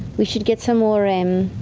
we should get some more and